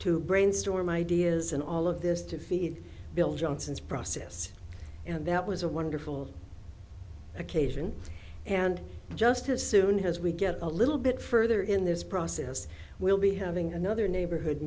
to brainstorm ideas and all of this to feed bill johnson's process and that was a wonderful occasion and just as soon as we get a little bit further in this process we'll be having another neighborhood